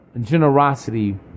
generosity